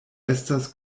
estas